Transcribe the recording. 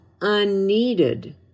unneeded